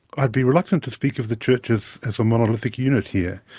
i'd be reluctant to speak of the churches as a monolithic unit here.